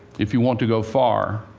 if you want to go far,